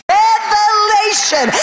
revelation